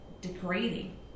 degrading